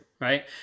Right